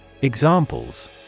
Examples